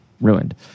ruined